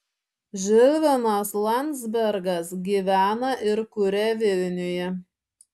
žilvinas landzbergas gyvena ir kuria vilniuje